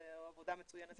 זו עבודה מצוינת ביחד.